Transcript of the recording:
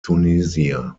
tunisia